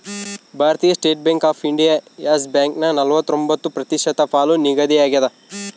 ಭಾರತೀಯ State Bank of India Yes ಬ್ಯಾಂಕನ ನಲವತ್ರೊಂಬತ್ತು ಪ್ರತಿಶತ ಪಾಲು ನಿಗದಿಯಾಗ್ಯದ